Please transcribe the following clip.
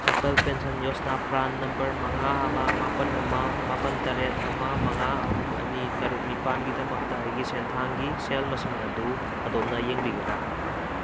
Atal pension Yojana plan number ꯃꯉꯥ ꯑꯃ ꯃꯥꯄꯟ ꯑꯃ ꯃꯥꯄꯟ ꯇꯔꯦꯠ ꯑꯃ ꯃꯉꯥ ꯑꯍꯨꯝ ꯑꯅꯤ ꯇꯔꯨꯛ ꯅꯤꯄꯥꯟꯒꯤꯗꯃꯛꯇ ꯑꯩꯒꯤ ꯁꯦꯟꯊꯥꯡꯒꯤ ꯁꯦꯜ ꯃꯁꯤꯡ ꯑꯗꯨ ꯑꯗꯣꯝꯅ ꯌꯦꯡꯕꯤꯒꯦꯔꯥ